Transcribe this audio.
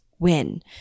win